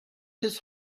his